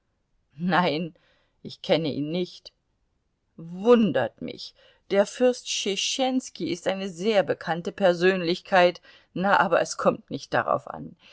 nein ich kenne ihn nicht wundert mich der fürst tschetschenski ist eine sehr bekannte persönlichkeit na aber es kommt nicht darauf an